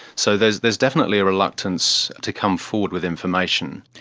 so there's there's definitely a reluctance to come forward with information.